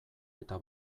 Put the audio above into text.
eta